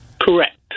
Correct